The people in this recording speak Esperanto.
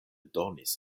donis